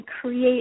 create